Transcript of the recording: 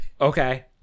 okay